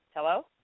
Hello